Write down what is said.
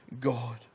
God